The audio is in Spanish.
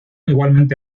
igualmente